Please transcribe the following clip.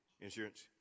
insurance